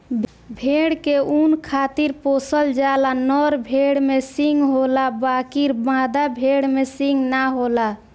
भेड़ के ऊँन खातिर पोसल जाला, नर भेड़ में सींग होला बकीर मादा भेड़ में सींग ना होला